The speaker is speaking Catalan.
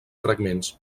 fragments